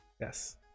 Yes